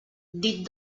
dit